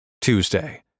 Tuesday